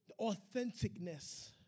authenticness